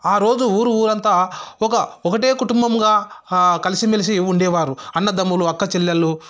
ఆ రోజు ఊరు ఊరంతా ఒక ఒకటే కుటుంబముగా కలిసిమెలిసి ఉండేవాళ్ళు అన్నదమ్ములు అక్క చెల్లెల్లు